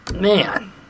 man